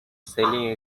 selling